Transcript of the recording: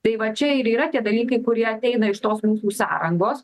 tai va čia ir yra tie dalykai kurie ateina iš tos mūsų sąrangos